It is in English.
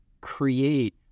create